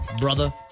brother